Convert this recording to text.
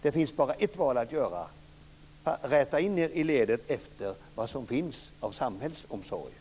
Det finns bara ett val att göra: Räta in er i ledet efter vad som finns av samhällets barnomsorg!